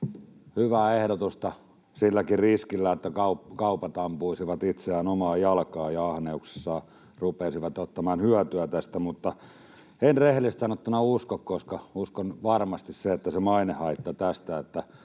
hyvää ehdotusta silläkin riskillä, että kaupat ampuisivat itseään omaan jalkaan ja ahneuksissaan rupeaisivat ottamaan hyötyä tästä, mutta rehellisesti sanottuna en usko siihen, koska uskon varmasti, että on mainehaitta, jos